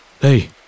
Hey